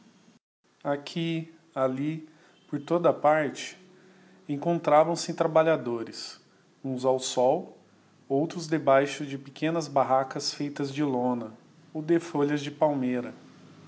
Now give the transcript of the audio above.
aqui ali por toda parte encontravam-se trabalhadores uns ao sol outros debaixo de pequenas barracas feitas de lona ou de folhas de palmeira